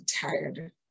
tired